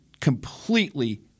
completely